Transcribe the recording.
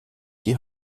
die